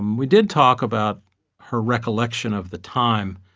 we did talk about her recollection of the time.